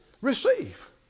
receive